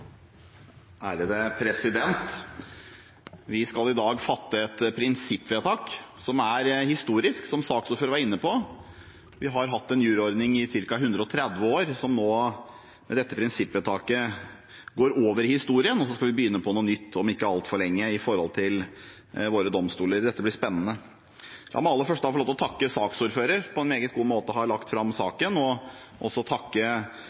historisk, som saksordføreren var inne på. Vi har hatt en juryordning i ca. 130 år som nå med dette prinsippvedtaket går over i historien, og så skal vi begynne på noe nytt om ikke altfor lenge ved våre domstoler. Dette blir spennende. La meg først få lov til å takke saksordføreren, som på en meget god måte har lagt fram saken, og også takke